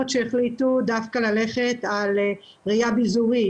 שהחליטו ללכת דווקא על ראיה ביזורית,